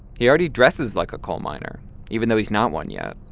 he already dresses like a coal miner even though he's not one yet.